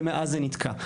ומאז זה נתקע.